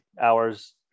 hours